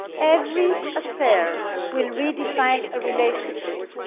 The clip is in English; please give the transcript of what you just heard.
every affair will redefine a relationship,